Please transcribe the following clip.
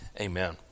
Amen